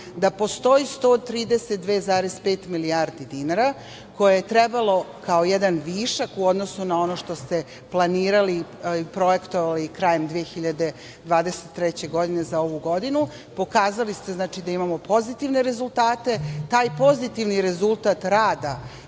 da postoji 132,5 milijardi dinara koje je trebalo kao jedan višak u odnosu na ono što ste planirali i projektovali krajem 2023. godine za ovu godinu, pokazali ste da imamo pozitivne rezultate. Taj pozitivni rezultat rada